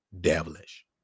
devilish